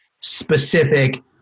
specific